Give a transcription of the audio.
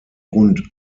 rund